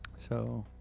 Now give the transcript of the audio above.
so.